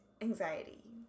anxiety